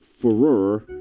furor